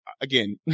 again